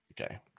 okay